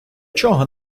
чого